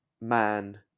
man